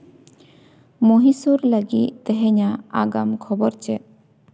ᱢᱚᱦᱤᱥᱩᱨ ᱞᱟᱹᱜᱤᱫ ᱛᱮᱦᱮᱧᱟᱜ ᱟᱜᱟᱢ ᱠᱷᱚᱵᱚᱨ ᱪᱮᱫ